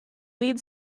lead